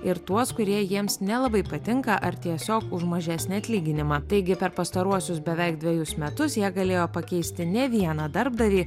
ir tuos kurie jiems nelabai patinka ar tiesiog už mažesnį atlyginimą taigi per pastaruosius beveik dvejus metus jie galėjo pakeisti ne vieną darbdavį